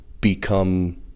become